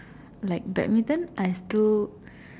like badminton is to